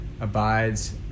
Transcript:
abides